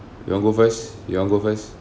you want go first you want go first